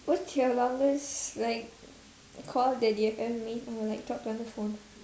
what's your longest like call that you have ever made or like talked on the phone